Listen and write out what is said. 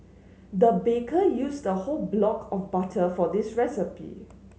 the baker used a whole block of butter for this recipe